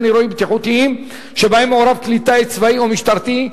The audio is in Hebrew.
אירועים בטיחותיים שבהם מעורב כלי טיס צבאי או משטרתי.